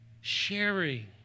Sharing